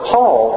Paul